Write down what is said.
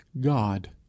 God